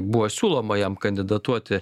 buvo siūloma jam kandidatuoti